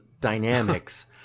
dynamics